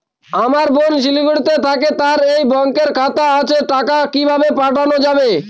আমার বোন শিলিগুড়িতে থাকে তার এই ব্যঙকের খাতা আছে টাকা কি ভাবে পাঠানো যাবে?